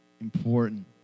important